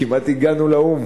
כמעט הגענו לאו"ם.